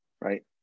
right